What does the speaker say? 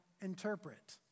interpret